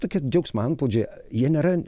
tokie džiaugsmo antplūdžiai jie nėra